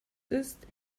ist